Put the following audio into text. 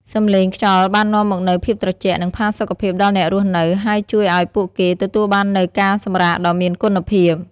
សំឡេងខ្យល់បាននាំមកនូវភាពត្រជាក់ និងផាសុកភាពដល់អ្នករស់នៅ ហើយជួយឱ្យពួកគេទទួលបាននូវការសម្រាកដ៏មានគុណភាព។